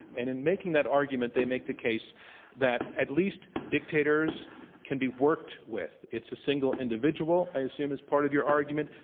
and in making that argument, they make the case that at least dictators can be worked with. it's a single individual, i assume is part of your argument.